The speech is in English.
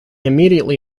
immediately